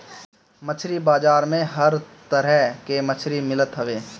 मछरी बाजार में हर तरह के मछरी मिलत हवे